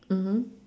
mmhmm